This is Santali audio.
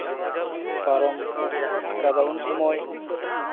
ᱯᱟᱨᱚᱢ ᱟᱠᱟᱫᱟ ᱩᱱ ᱥᱚᱢᱚᱭ